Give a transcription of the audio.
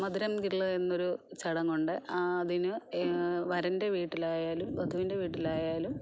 മധുരം കിള്ള് എന്നൊരു ചടങ്ങുണ്ട് ആ അതിന് വരൻ്റെ വീട്ടിലായാലും വധുവിൻ്റെ വീട്ടിലായാലും